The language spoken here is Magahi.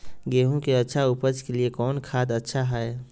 गेंहू के अच्छा ऊपज के लिए कौन खाद अच्छा हाय?